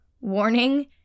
warning